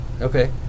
Okay